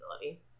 facility